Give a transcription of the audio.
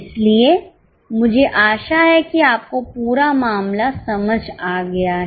इसलिए मुझे आशा है कि आपको पूरा मामला समझ आ गया है